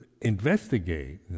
investigate